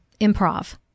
improv